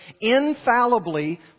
infallibly